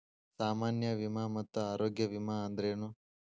ಸಾಮಾನ್ಯ ವಿಮಾ ಮತ್ತ ಆರೋಗ್ಯ ವಿಮಾ ಅಂದ್ರೇನು?